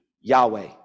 Yahweh